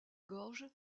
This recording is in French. gorge